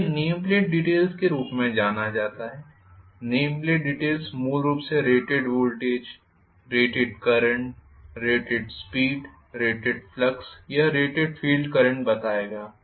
तो यह name plate details के रूप में जाना जाता है नेम प्लेट डीटेल्स मूल रूप से rated voltage rated current rated speed rated flux या रेटेड फील्ड करंट बताएगा